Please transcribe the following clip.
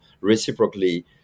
reciprocally